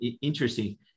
interesting